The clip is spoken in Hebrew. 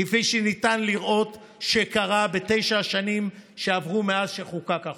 כפי שניתן לראות שקרה בתשע השנים שעברו מאז שחוקק החוק.